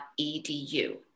Edu